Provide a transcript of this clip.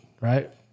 right